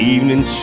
Evening